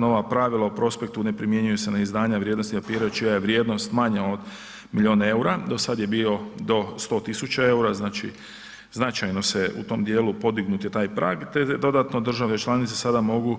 Nova pravila o prospektu ne primjenjuju se na izdanja vrijednosnih papira čija je vrijednost manja od milion EUR-a, do sada je bio do 100.000 EUR-a, znači značajno se u tom dijelu podignut je taj prag te dodatno države članice sada mogu